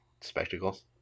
Spectacles